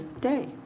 day